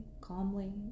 calmly